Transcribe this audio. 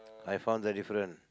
I found the difference